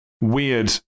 weird